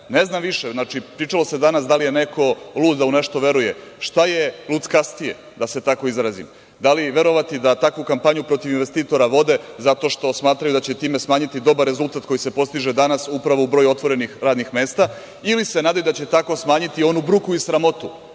nacrne? Znači, pričalo se danas da li je neko lud da u nešto veruje. Šta je luckastije, da se tako izrazim, da li verovati da takvu kampanju protiv investitora vode zato što smatraju da će time smanjiti dobar rezultat koji se postiže danas upravo u broju otvorenih radnik mesta ili se nadaju da će tako smanjiti onu bruku i sramotu,